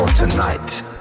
Tonight